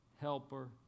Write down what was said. helper